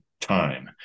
time